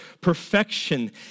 perfection